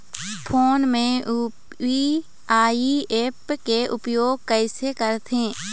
Phone मे UPI app के उपयोग कइसे करथे?